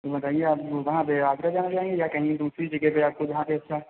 तो बताइए आप वहाँ पर आगरा जाना चाहेंगे या कहीं दूसरी जगह पर आपको जहाँ पर अच्छा